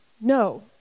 no